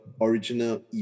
original